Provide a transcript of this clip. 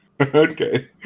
okay